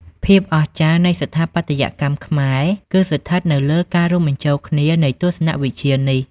ភាពអស្ចារ្យ នៃស្ថាបត្យកម្មខ្មែរគឺស្ថិតនៅលើការរួមបញ្ចូលគ្នានៃទស្សនវិជ្ជានេះ។